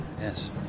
yes